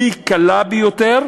היא קלה ביותר,